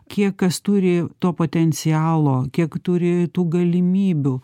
kiek kas turi to potencialo kiek turi tų galimybių